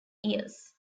years